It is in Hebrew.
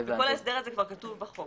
כל ההסדר הזה כבר כתוב בחוק.